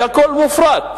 כי הכול מופרט.